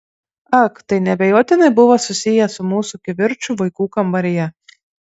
ak tai neabejotinai buvo susiję su mūsų kivirču vaikų kambaryje